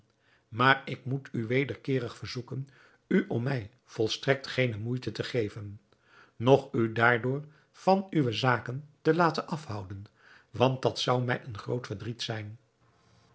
maar ik moet u wederkeerig verzoeken u om mij volstrekt geene moeite te geven noch u daardoor van uwe zaken te laten afhouden want dat zou mij een groot verdriet zijn